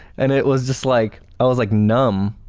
and it was just like i was like numb